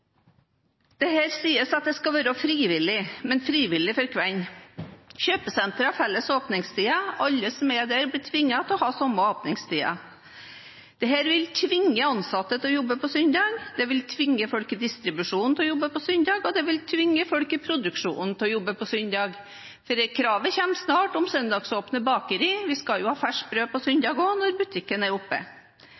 sies at det skal være frivillig, men frivillig for hvem? Kjøpesentrene har felles åpningstid. Alle som er der, blir tvunget til å ha samme åpningstid. Dette vil tvinge ansatte til å jobbe på søndag, det vil tvinge folk i distribusjonen til å jobbe på søndag, og det vil tvinge folk i produksjonen til å jobbe på søndag, for kravet om søndagsåpne bakeri kommer snart, siden vi også skal ha ferskt brød på